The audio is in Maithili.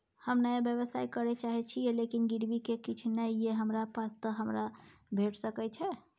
हम नया व्यवसाय करै चाहे छिये लेकिन गिरवी ले किछ नय ये हमरा पास त हमरा भेट सकै छै?